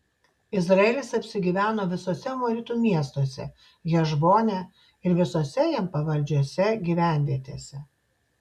izraelis apsigyveno visuose amoritų miestuose hešbone ir visose jam pavaldžiose gyvenvietėse